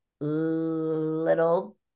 little